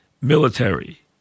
military